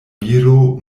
viro